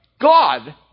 God